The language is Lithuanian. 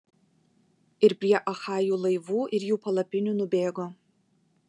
ir prie achajų laivų ir jų palapinių nubėgo